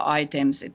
items